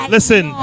Listen